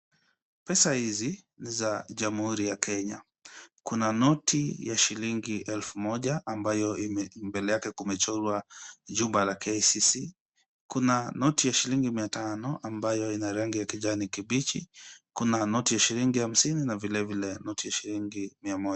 Pesa hizi ni za Jamhuri ya Kenya. Kuna noti ya shilingi elfu moja ambayo mbele yake kumechorwa jumba la KCC. Kuna noti ya shilingi mia tano ambayo ina rangi ya kijani kibichi, kuna noti ya shilingi hamsini na vile vile noti ya shilingi mia moja.